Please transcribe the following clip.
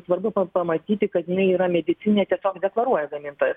svarbu pamatyti kad jinai yra medicininė tiesiog deklaruoja gamintojas